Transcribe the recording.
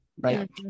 Right